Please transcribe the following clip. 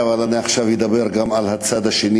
אבל אני עכשיו אדבר גם על הצד השני,